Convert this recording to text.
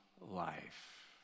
life